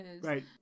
Right